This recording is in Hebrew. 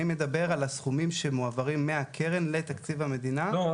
אני מדבר על הסכומים שמועברים מהקרן לתקציב המדינה --- לא,